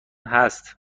هست